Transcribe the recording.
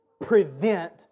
prevent